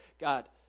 God